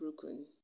broken